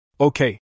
Okay